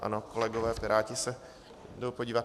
Ano, kolegové piráti se jdou podívat.